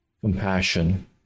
compassion